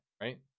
right